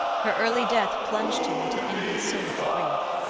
her early death plunged him into inconsolable grief.